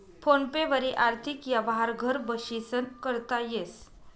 phone पे वरी आर्थिक यवहार घर बशीसन करता येस